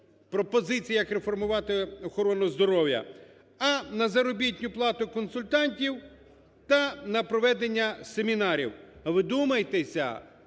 пропозицій, як реформувати охорону здоров'я, а на заробітну плату консультантів та на проведення семінарів. Вдумайтеся,